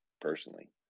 Personally